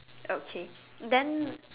okay then